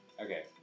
Okay